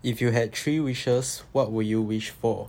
if you had three wishes what would you wish for